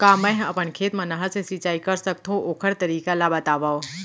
का मै ह अपन खेत मा नहर से सिंचाई कर सकथो, ओखर तरीका ला बतावव?